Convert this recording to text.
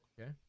Okay